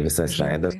visas veidas